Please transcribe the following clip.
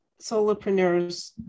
solopreneurs